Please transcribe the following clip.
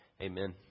Amen